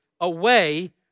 away